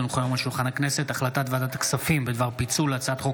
כי הונחה היום על שולחן הכנסת החלטת ועדת הכספים בדבר פיצול הצעת חוק